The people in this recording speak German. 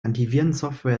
antivirensoftware